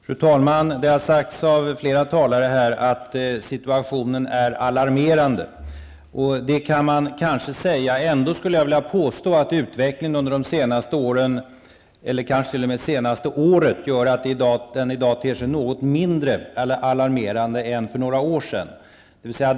Fru talman! Flera talare har sagt att situationen är alarmerande. Det kan man kanske säga. Ändå skulle jag vilja påstå att utvecklingen under det senaste året gör att den i dag ter sig något mindre alarmerande än för några år sedan.